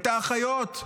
את האחיות,